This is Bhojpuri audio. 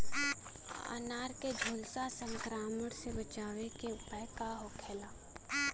अनार के झुलसा संक्रमण से बचावे के उपाय का होखेला?